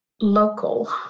local